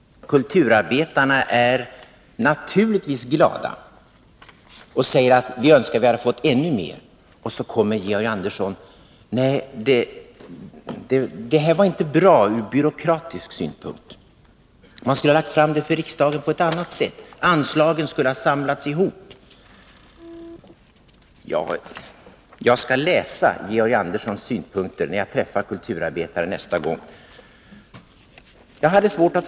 Kulturarbetarna är naturligtvis glada och säger: Vi önskar att vi hade fått ännu mer. Så kommer Georg Andersson: Nej, det här var inte bra ur byråkratisk synpunkt! Man skulle ha lagt fram det på ett annat sätt. Anslagen skulle ha samlats ihop. Jag skall läsa upp Georg Anderssons synpunkter när jag träffar kulturarbetarna nästa gång.